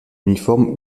uniforme